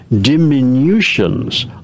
diminutions